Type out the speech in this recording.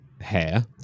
hair